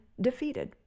defeated